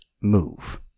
move